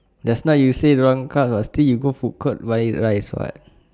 just now you say don't want carbs [what] still you go food court buy rice [what]